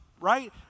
right